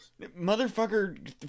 motherfucker